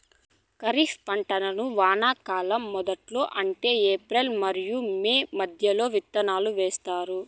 ఖరీఫ్ పంటలను వానాకాలం మొదట్లో అంటే ఏప్రిల్ మరియు మే మధ్యలో విత్తనాలు వేస్తారు